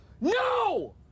No